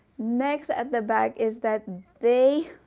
next at the back is that they